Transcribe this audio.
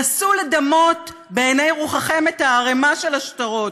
נסו לדמות בעיני רוחכם את הערימה של השטרות,